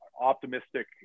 optimistic